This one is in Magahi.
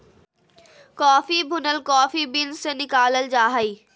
कॉफ़ी भुनल कॉफ़ी बीन्स से निकालल जा हइ